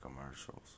commercials